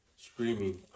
screaming